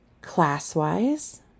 Class-wise